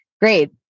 great